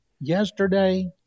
yesterday